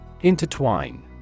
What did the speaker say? Intertwine